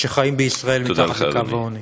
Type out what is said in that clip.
שחיים בישראל מתחת לקו העוני.